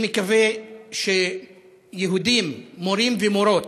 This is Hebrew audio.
אני מקווה שיהודים, מורים ומורות,